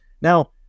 now